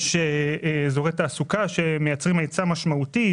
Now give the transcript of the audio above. יש אזורי תעסוקה שמייצרים היצע משמעותי,